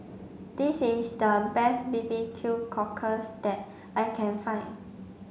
this is the best B B Q cockles that I can find